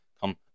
Come